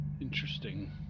Interesting